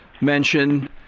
mention